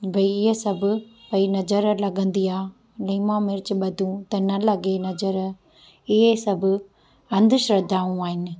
भई ईअं सभु भई नज़र लॻंदी आहे लीमा मिर्च ॿधूं त न लॻे नज़र इहे सभ अंधश्रद्धाऊं आहिनि